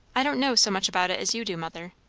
i don't know so much about it as you do, mother.